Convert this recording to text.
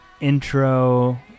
intro